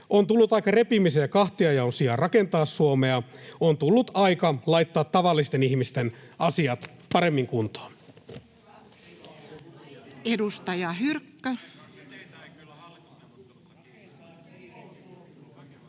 On tullut aika repimisen ja kahtiajaon sijaan rakentaa Suomea. On tullut aika laittaa tavallisten ihmisten asiat paremmin kuntoon.